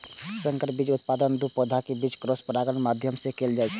संकर बीज के उत्पादन दू पौधाक बीच क्रॉस परागणक माध्यम सं कैल जाइ छै